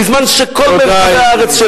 בזמן שכל מרחבי הארץ,